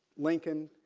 lincoln,